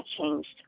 changed